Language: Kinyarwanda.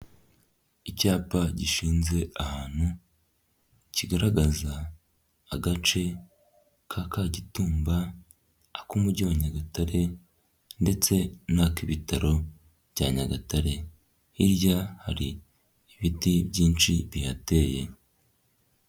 Icyapa gishinze ahantu kigaragaza agace ka Kagitumba ak'umujyi wa Nyagatare ndetse n'ak'ibitaro bya Nyagatare, hirya hari ibiti byinshi bihateye.